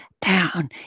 down